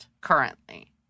currently